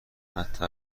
حتی